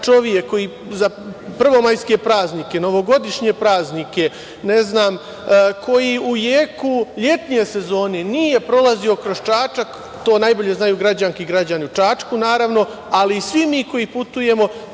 čovek koji za prvomajske praznike, novogodišnje praznike, koji u jeku letnje sezone nije prolazio kroz Čačak, to najbolje znaju građanke i građani u Čačku, naravno, ali i svi mi koji putujemo